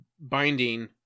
binding